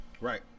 Right